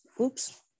Oops